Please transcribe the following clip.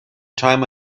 time